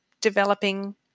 developing